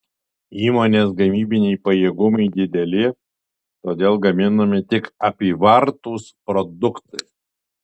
įmonės gamybiniai pajėgumai dideli todėl gaminami tik apyvartūs produktai